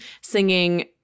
singing